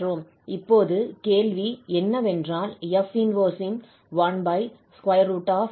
இப்போது கேள்வி என்னவென்றால் 𝐹−1 ன் 12πa i∝ என்பது என்ன